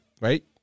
right